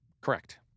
Correct